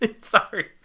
sorry